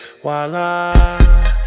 Voila